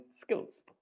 skills